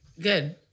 Good